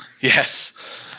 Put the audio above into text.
Yes